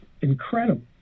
incredible